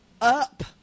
Up